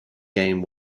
game